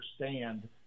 understand